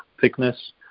thickness